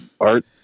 art